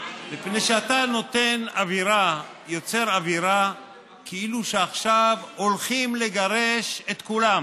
מפני שאתה יוצר אווירה כאילו שעכשיו הולכים לגרש את כולם,